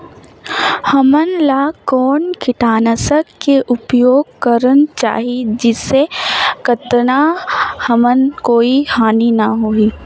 हमला कौन किटनाशक के उपयोग करन चाही जिसे कतना हमला कोई हानि न हो?